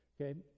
Okay